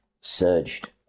surged